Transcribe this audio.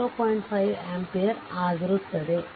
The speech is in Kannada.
5 ampere ಆಗಿರುತ್ತದೆ